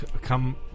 Come